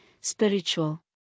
spiritual